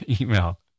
email